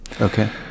Okay